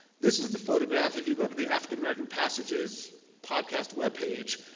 this is the photograph, if you go to the african american passages podcast web page,